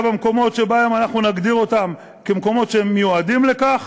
במקומות שאנחנו נגדיר אותם כמקומות שהם מיועדים לכך,